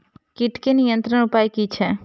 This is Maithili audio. कीटके नियंत्रण उपाय कि छै?